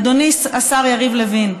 אדוני השר יריב לוין,